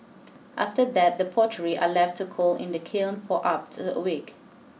after that the pottery are left to cool in the kiln for up to a week